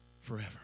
forever